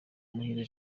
muhire